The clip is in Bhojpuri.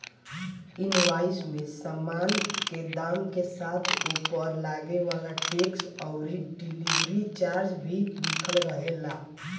इनवॉइस में सामान के दाम के साथे ओपर लागे वाला टेक्स अउरी डिलीवरी चार्ज भी लिखल रहेला